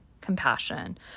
compassion